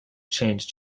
changed